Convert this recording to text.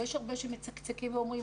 יש הרבה שמצקצקים ואומרים